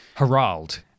Harald